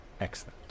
Excellent